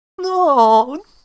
no